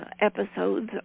episodes